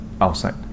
outside